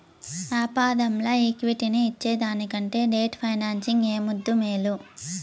యాపారంల ఈక్విటీని ఇచ్చేదానికంటే డెట్ ఫైనాన్సింగ్ ఏ ముద్దూ, మేలు